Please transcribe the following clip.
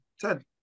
Ten